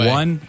one